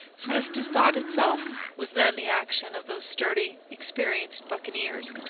swift as thought itself, was then the action of those sturdy, experienced buccaneers.